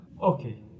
Okay